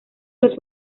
los